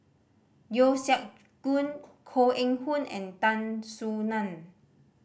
Yeo Siak Goon Koh Eng Hoon and Tan Soo Nan